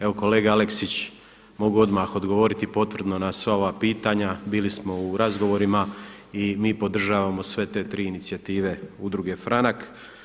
Evo kolega Aleksić, mogu odmah odgovoriti potvrdno na sva ova pitanja, bili smo u razgovorima i mi podržavamo sve te tri inicijative Udruge FRANAK.